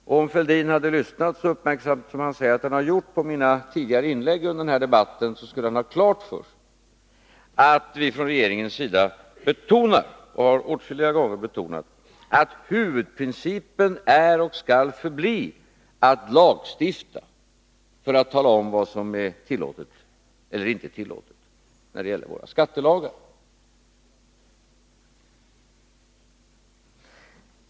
Om Thorbjörn Fälldin hade lyssnat så uppmärksamt som han sade att han gjorde på mina tidigare inlägg under denna debatt skulle han ha klart för sig att vi från regeringens sida betonar och har åtskilliga gånger betonat att huvudprincipen är och skall förbli att lagstifta för att tala om vad som är tillåtet och inte tillåtet när det gäller våra skattelagar.